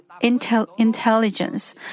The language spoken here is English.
intelligence